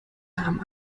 namen